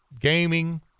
gaming